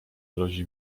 grozi